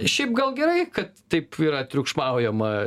šiaip gal gerai kad taip yra triukšmaujama